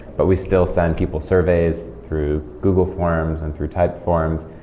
but we still send people surveys through google forms and through type forms.